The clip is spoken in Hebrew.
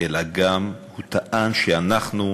הוא טען גם שאנחנו,